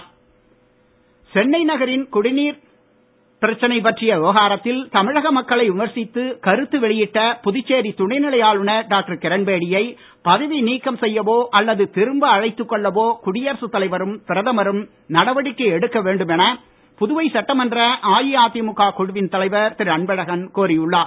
அன்பழகன் சென்னை நகரின் குடிநீர் பிரச்சனைப் பற்றி விவகாரத்தில் தமிழக மக்களை விமர்சித்து கருத்து வெளியிட்ட புதுச்சேரி துணை நிலை ஆளுநர் டாக்டர் கிரண்பேடியை பதவி நீக்கம் செய்யவோ அல்லது திரும்ப அழைத்துக் கொள்ளவோ குடியரசு தலைவரும் பிரதமரும் நடவடிக்கை எடுக்க வேண்டும் என புதுவை சட்டமன்ற அஇஅதிமுக குழுவின் தலைவர் திரு அன்பழகன் கோரி உள்ளார்